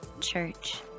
church